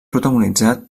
protagonitzat